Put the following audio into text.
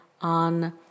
on